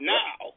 now